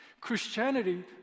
Christianity